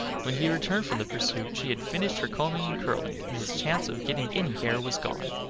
when he returned from the pursuit she had finished her combing and curling, and his chance of getting any hair was gone.